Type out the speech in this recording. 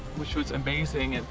which was amazing